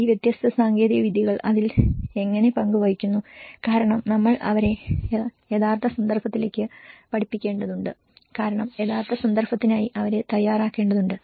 ഈ വ്യത്യസ്ത സാങ്കേതിക വിദ്യകൾ അതിൽ എങ്ങനെ പങ്കു വഹിക്കുന്നു കാരണം നമ്മൾ അവരെ യഥാർത്ഥ സന്ദർഭത്തിലേക്ക് പഠിപ്പിക്കേണ്ടതുണ്ട് കാരണം യഥാർത്ഥ സന്ദർഭത്തിനായി അവരെ തയ്യാറാക്കേണ്ടതുണ്ട്